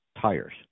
tires